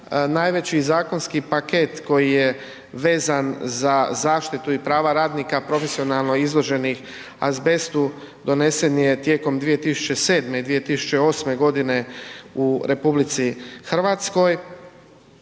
Najveći zakonski paket koji je vezan za zaštitu i prava radnika profesionalno izloženih azbestu donesen je tijekom 2007. i 2008.g. u RH. Zakonom